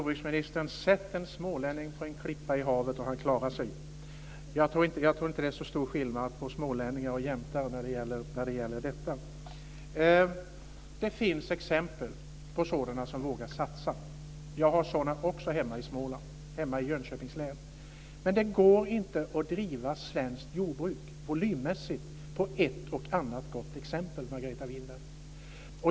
Fru talman! Sätt en smålänning på en klippa i havet, jordbruksministern, och han klarar sig. Jag tror inte att det är så stor skillnad mellan smålänningar och jämtar när det gäller detta. Det finns exempel på sådana som vågar satsa. Jag har också sådana hemma i Småland - hemma i Jönköpings län. Men det går inte att driva svenskt jordbruk volymmässigt på ett och annat gott exempel, Margareta Winberg.